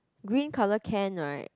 green colour can right